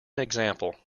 example